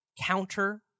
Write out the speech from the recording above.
counter